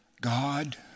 God